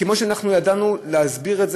כמו שידענו להסביר,